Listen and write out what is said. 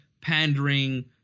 pandering